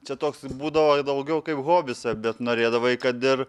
čia toks būdavo daugiau kaip hobis bet norėdavai kad ir